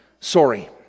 Sorry